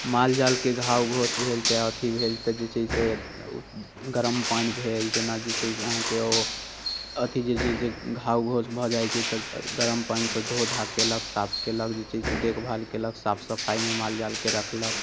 माल जालके घाव घोस भेल चाहै अथि भेल तऽ जे छै से गरम पानि भेल जेना जे छै से अहाँके ओ अथि जे छै से घाव घोस भऽ जाए छै तऽ गरम पानि से धो धा कयलक साफ कयलक जे छै से देखभाल कयलक साफ सफाइमे माल जालके रखलक